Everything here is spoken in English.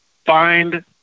find